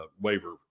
waiver